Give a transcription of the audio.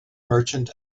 merchant